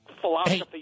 philosophy